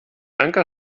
anker